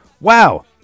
wow